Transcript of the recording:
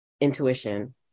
intuition